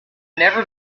never